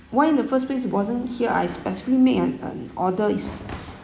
why in the first place it wasn't here I specifically made an an order it's